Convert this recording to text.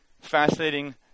fascinating